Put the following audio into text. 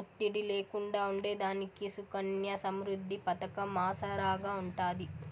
ఒత్తిడి లేకుండా ఉండేదానికి సుకన్య సమృద్ది పతకం ఆసరాగా ఉంటాది